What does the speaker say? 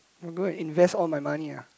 you go invest all money ah